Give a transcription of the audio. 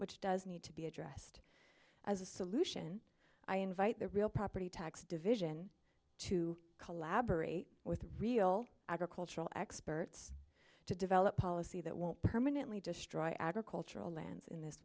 which does need to be addressed as a solution i invite the real property tax division to collaborate with real agricultural experts to develop policy that won't permanently destroy agricultural lands in this